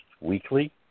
weekly